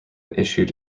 issued